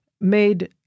Made